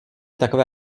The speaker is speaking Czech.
takové